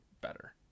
better